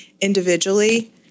individually